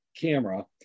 camera